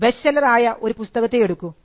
best seller ആയ ഒരു പുസ്തകത്തെ എടുക്കൂ